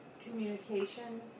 communication